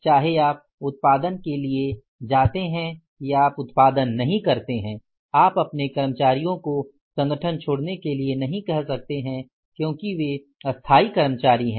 चाहे आप उत्पादन के लिए जाते हैं या आप उत्पादन नहीं करते हैं आप अपने कर्मचारियों को संगठन छोड़ने के नहीं कह सकते है क्योंकि वे स्थायी कर्मचारी हैं